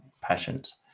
passions